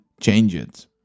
Change.it